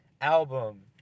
album